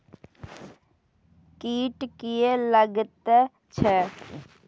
कीट किये लगैत छै?